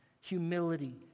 humility